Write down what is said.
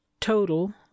total